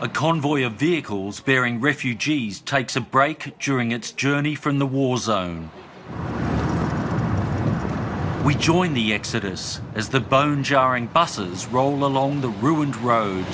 a convoy of vehicles bearing refugees types of break during its journey from the war zone we join the exodus as the bone jarring buses roll along the ruined ro